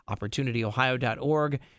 OpportunityOhio.org